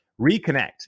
reconnect